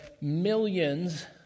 millions